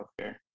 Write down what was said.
healthcare